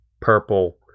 purple